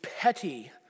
petty